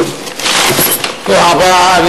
תודה רבה.